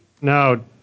No